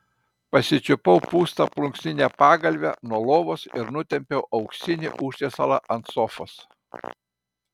pasičiupau pūstą plunksninę pagalvę nuo lovos ir nutempiau auksinį užtiesalą ant sofos